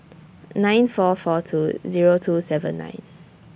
nine four four two Zero two seven nine